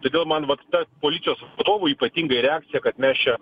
todėl man vat ta policijos atstovų ypatingai reakcija kad mes čia